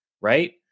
right